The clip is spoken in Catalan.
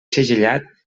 segellat